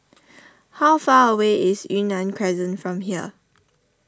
how far away is Yunnan Crescent from here